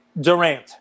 Durant